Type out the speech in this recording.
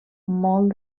molt